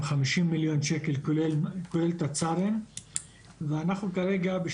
חמישים מיליון שקל כולל את התצ"רים ואנחנו כרגע של